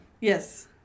Yes